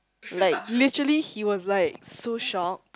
like literally he was like so shocked